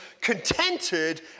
contented